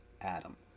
Adam